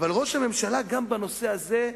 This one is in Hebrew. אבל ראש הממשלה, גם בנושא הזה,